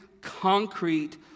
concrete